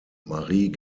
marie